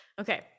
Okay